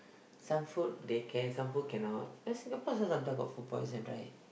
some food they can some food cannot Singapore also sometimes got food poison right